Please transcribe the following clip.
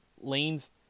Lane's